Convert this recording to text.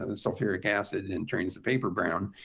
and sulfuric acid, and turns the paper brown.